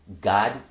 God